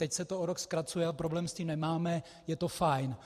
Teď se to o rok zkracuje a problém s tím nemáme, je to fajn.